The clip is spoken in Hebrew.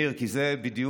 ניר, כי זה בדיוק